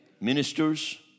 ministers